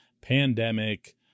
pandemic